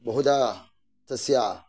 बहुधा तस्य